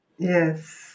Yes